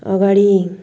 अगाडि